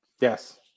Yes